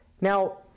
Now